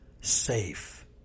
safe